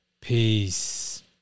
peace